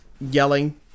yelling